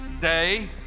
day